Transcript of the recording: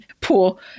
poor